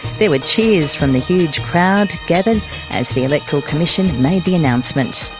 there were cheers from the huge crowd gathered as the electoral commission made the announcement.